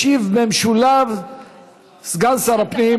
ישיב במשולב סגן שר הפנים,